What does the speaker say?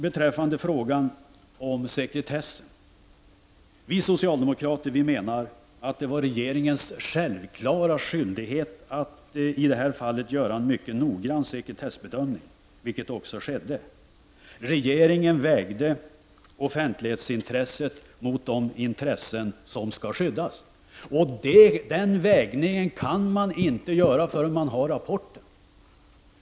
Beträffande frågan om sektretessen menar vi socialdemokrater att det var regeringens självklara skyldighet att i detta fall göra en mycket noggrann sekretessbedömning, vilket också skedde. Regeringen vägde offentlighetsintresset mot de intressen som skall skyddas. Den vägningen kunde inte gö ras förrän man hade rapporten.